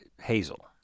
Hazel